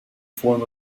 form